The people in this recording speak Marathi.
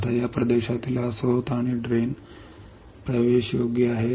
आता या प्रदेशातील हा स्त्रोत आणि ड्रेन सुलभ आहे